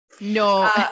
No